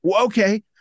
Okay